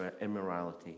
immorality